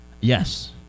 Yes